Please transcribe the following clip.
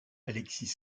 alexis